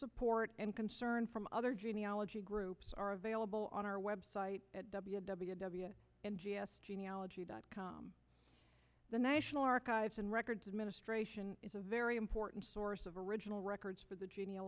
support and concern from other genealogy groups are available on our website at w w w n g s genealogy dot com the national archives and records administration is a very important source of original records for the gen